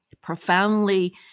profoundly